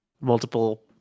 multiple